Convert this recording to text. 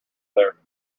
there